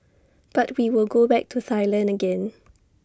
but we will go back to Thailand again